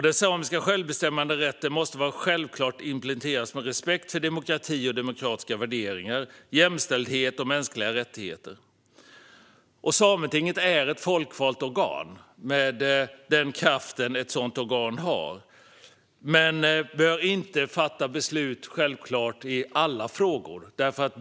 Den samiska självbestämmanderätten måste självklart implementeras med respekt för demokrati, demokratiska värderingar, jämställdhet och mänskliga rättigheter. Sametinget är ett folkvalt organ med den kraft som ett sådant organ har, men Sametinget bör inte fatta beslut i alla frågor.